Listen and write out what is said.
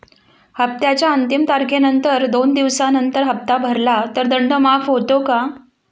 हप्त्याच्या अंतिम तारखेनंतर दोन दिवसानंतर हप्ता भरला तर दंड माफ होतो का?